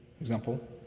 Example